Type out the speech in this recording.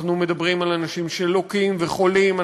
אנחנו מדברים על אנשים שלוקים וחולים,